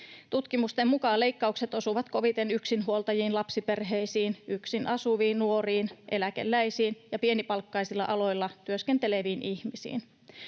Tutkimusten mukaan leikkaukset osuvat koviten yksinhuoltajiin, lapsiperheisiin, yksin asuviin nuoriin, eläkeläisiin ja pienipalkkaisilla aloilla työskenteleviin ihmisiin.